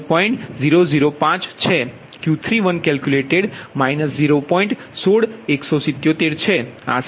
005 છે Q13 0